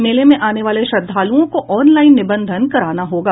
मेले में आने वाले श्रद्धालुओं को ऑनलाइन निबंधन कराना होगा